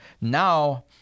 Now